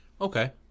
Okay